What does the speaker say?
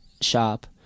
shop